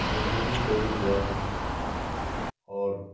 मुझे भी कोविड हुआ था और